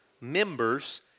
members